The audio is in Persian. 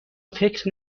فکر